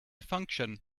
function